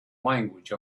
language